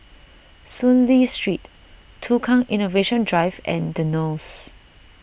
Soon Lee Street Tukang Innovation Drive and the Knolls